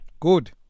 Good